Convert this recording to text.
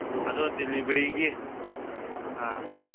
ꯑꯗꯣ ꯗꯤꯂꯤꯚꯔꯤꯒꯤ ꯑ